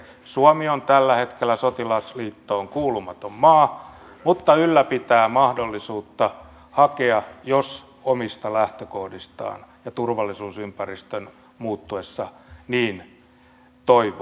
suomi on tällä hetkellä sotilasliittoon kuulumaton maa mutta ylläpitää mahdollisuutta hakea jos omista lähtökohdistaan ja turvallisuusympäristön muuttuessa niin toivoo